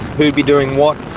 who'd be doing what,